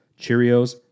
Cheerios